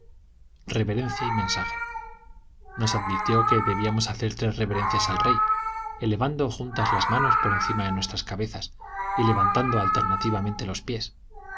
y mensaje nos advirtió que debíamos hacer tres reverencias al rey elevando juntas las manos por encima de nuestras cabezas y levantando alternativamente los pies